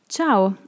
Ciao